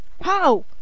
How